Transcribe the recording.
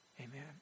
amen